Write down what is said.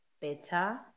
better